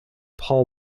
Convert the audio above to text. paul